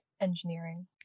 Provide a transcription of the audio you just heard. engineering